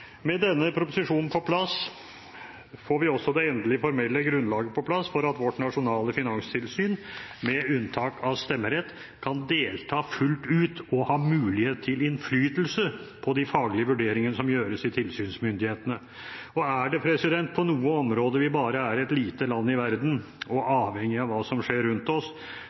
Med denne proposisjonen på plass får vi også det endelige formelle grunnlaget på plass for at vårt nasjonale finanstilsyn, med unntak av stemmeretten, kan delta fullt ut og ha mulighet til innflytelse på de faglige vurderingene som gjøres i tilsynsmyndighetene. Og er det på noe område vi bare er et lite land i verden og avhengig av hva som skjer rundt oss,